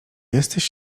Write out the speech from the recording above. jesteś